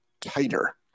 tighter